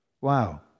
Wow